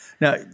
Now